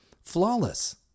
Flawless